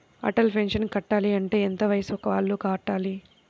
Atal pension కట్టాలి అంటే ఎంత వయసు వాళ్ళు కట్టాలి?